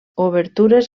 obertures